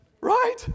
Right